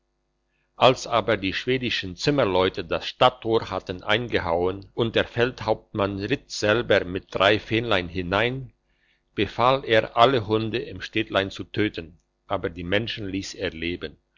als aber die schwedischen zimmerleute das stadttor hatten eingehauen und der feldhauptmann ritt selber mit drei fähnlein hinein befahl er alle hunde im städtlein zu töten aber die menschen liess er leben